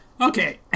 Okay